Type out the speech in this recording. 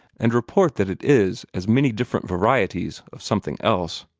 and report that it is as many different varieties of something else.